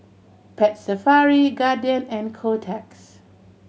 Pet Safari Guardian and Kotex